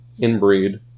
inbreed